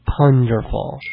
ponderful